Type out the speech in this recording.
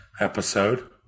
Episode